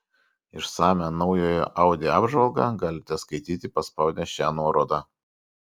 išsamią naujojo audi apžvalgą galite skaityti paspaudę šią nuorodą